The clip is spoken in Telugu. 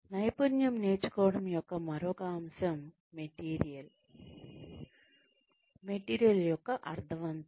నైపుణ్యం నేర్చుకోవడం యొక్క మరొక అంశం మెటీరియల్ యొక్క అర్ధవంతం